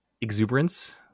exuberance